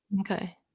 Okay